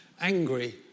angry